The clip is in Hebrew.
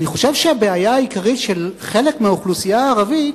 אני חושב שהבעיה העיקרית של חלק מהאוכלוסייה הערבית